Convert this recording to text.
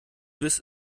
biss